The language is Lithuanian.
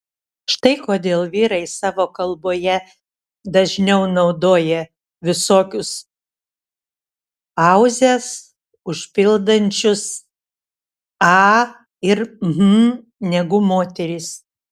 štai kodėl vyrai savo kalboje dažniau naudoja visokius pauzes užpildančius a ir hm negu moterys